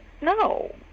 no